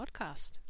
podcast